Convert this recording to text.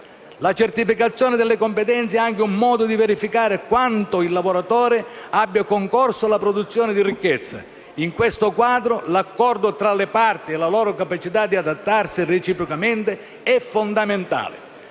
La certificazione delle competenze è anche un modo per verificare quanto il lavoratore abbia concorso alla produzione di ricchezza. In questo quadro, l'accordo tra le parti e la loro capacità di adattarsi reciprocamente è fondamentale: